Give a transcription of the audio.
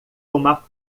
uma